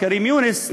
כרים יונס,